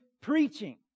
preaching